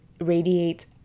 radiates